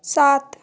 सात